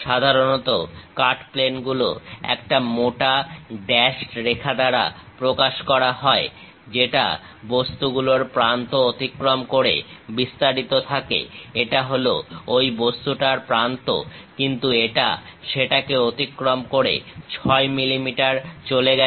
সাধারণত cut plane গুলো একটা মোটা ড্যাশড রেখা দ্বারা প্রকাশ করা হয় যেটা বস্তুগুলোর প্রান্ত অতিক্রম করে বিস্তারিত থাকে এটা হল ঐ বস্তুটার প্রান্ত কিন্তু এটা সেটাকে অতিক্রম করে 6 mm চলে গেছে